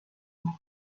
alla